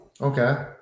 Okay